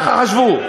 חשבו.